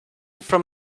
from